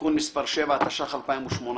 (תיקון מס' 7), התשע"ח-2018.